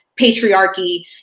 patriarchy